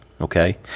okay